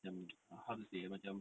macam how to say ah macam